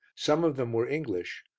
some of them were english,